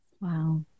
Wow